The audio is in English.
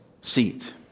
seat